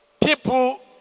People